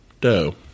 Doe